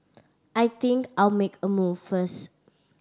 I think I'll make a move first